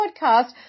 podcast